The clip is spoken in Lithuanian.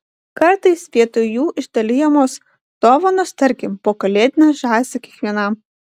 kartais vietoj jų išdalijamos dovanos tarkim po kalėdinę žąsį kiekvienam